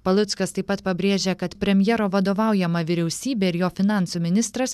paluckas taip pat pabrėžia kad premjero vadovaujama vyriausybė ir jo finansų ministras